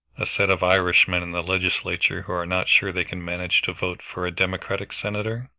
a set of irishmen in the legislature who are not sure they can manage to vote for a democratic senator?